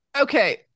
okay